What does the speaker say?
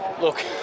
Look